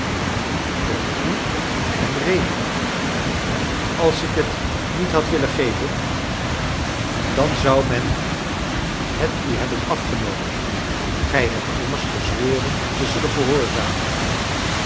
voor u en rémi als ik het niet had willen geven dan zou men het u hebben afgenomen gij hebt immers gezworen te zullen gehoorzamen